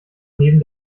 neben